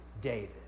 David